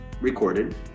recorded